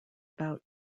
about